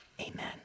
Amen